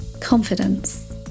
confidence